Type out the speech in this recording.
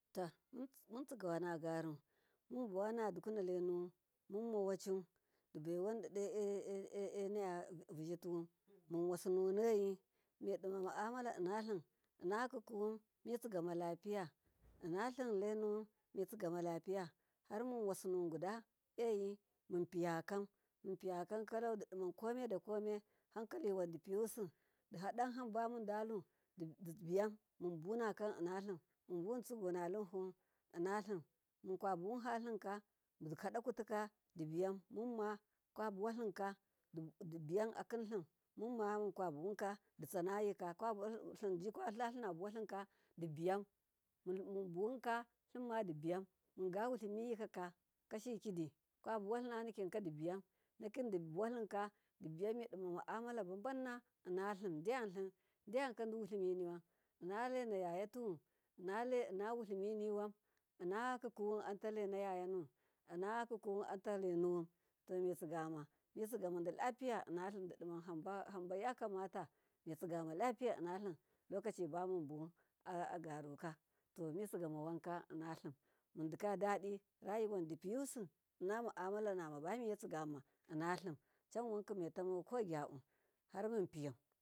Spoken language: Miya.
Ta muntsigawana garu munbawana dukuna lainuwun munawacu dide navuzituwun munwasi nunaiyi midima ma mamala innalim innakikiwun mitsigamadapiya innalim lainuwan mitsigama lapiya, harmun wasunu guda eyi munpiya kam munpiy yakam kalau didiman komaida komai hanka linwai dipiyusu dihadan hanba mundalu dibiyan munbunakan innalim munbuwu tsiguna lin huwun innalim, munkwabuwun halinka dihadakutka dibiyan mumma kwabuwalinka dibiyan akinlim mumma mukwabuwanka dibiyan akilim mumma munkwa buwunka ditsanayika linji kwatlalinna buwalinka dibiyan munbuwunka limma, dibiyan munga wulimi yikaka koshin kidi kwamubuwalina nikika dibiyan nikin dibuwalin ka dibiyan midima amala babanna innalin deyalim deyanka diwulimi niwan, inna lena yayatuwan innale innawulimi niwan inkikiwun anilena yayatuwun innakikiwun anta lenuwun to mitsigama mitsigama dilapiya didiman hamba yakamata mitsigama lapiya innalim, lokaci bamun buwun a garuka tomitsigama wanka innalim mundiya dadi hankaliwan dipiyusu innamaamala nama miyetsigama innalim chanwan kimaitama kogaba piyau.